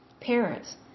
parents